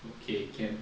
okay can